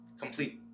complete